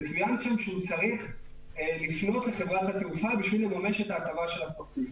מצוין שם שהוא צריך לפנות לחברת התעופה בשביל לממש את ההטבה של הסוכנים.